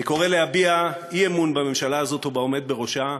אני קורא להביע אי-אמון בממשלה הזאת ובעומד בראשה,